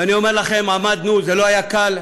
ואני אומר לכם, עמדנו זה לא היה קל,